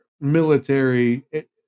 military